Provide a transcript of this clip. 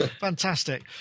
fantastic